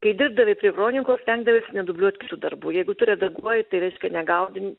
kai dirbdavai prie kronikos stengdavaisi nedubliuot kitų darbų jeigu tu redaguoji tai reikšia negaudin